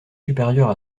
supérieurs